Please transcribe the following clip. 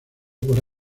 por